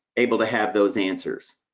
able to have those answers.